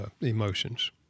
emotions